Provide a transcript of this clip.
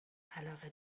علاقه